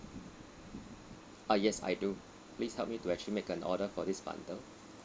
ah yes I do please help me to actually make an order for this bundle